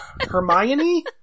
Hermione